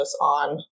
on